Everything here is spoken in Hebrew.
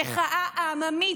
המחאה העממית,